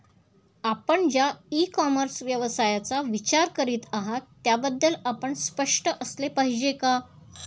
आपण ज्या e commerce व्यवसायाचा विचार करीत आहात त्याबद्दल आपण स्पष्ट असले पाहिजे का?